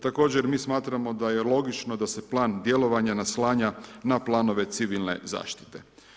Također, mi smatramo da je logično da se plan djelovanja naslanja na planove civilne zaštite.